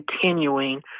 continuing